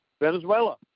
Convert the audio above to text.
Venezuela